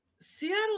Seattle